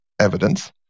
evidence